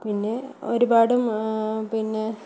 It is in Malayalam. പിന്നെ ഒരുപാടും പിന്നെ